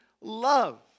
love